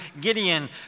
Gideon